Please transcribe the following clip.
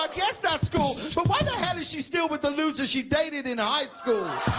but guess that's cool but why the hell is she still with the loser she dated in high school?